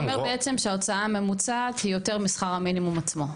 אתה אומר בעצם שההוצאה הממוצעת היא יותר משכר המינימום עצמו.